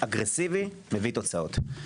אגרסיבי, מביא תוצאות.